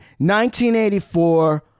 1984